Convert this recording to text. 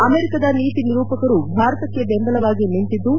ಅಮೆರಿಕದ ನೀತಿ ನಿರೂಪಕರು ಭಾರತಕ್ಕೆ ಬೆಂಬಲವಾಗಿ ನಿಂತಿದ್ದು